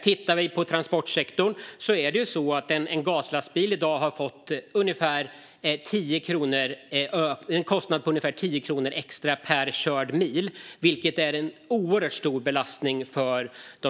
När det gäller transportsektorn har en gaslastbil i dag fått en kostnad på ungefär 10 kronor extra per körd mil, vilket är en oerhört stor belastning för företagen.